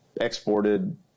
exported